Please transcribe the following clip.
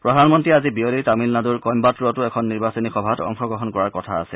প্ৰধানমন্ত্ৰীয়ে আজি বিয়লি তামিলনাড়ৰ কইম্বাটুৰতো এখন নিৰ্বাচনী সভাত অংশগ্ৰহণ কৰাৰ কথা আছে